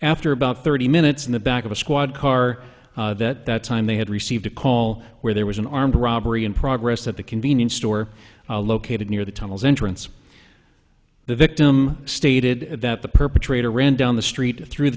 after about thirty minutes in the back of a squad car that time they had received a call where there was an armed robbery in progress at the convenience store located near the tunnels entrance the victim stated that the perpetrator ran down the street through the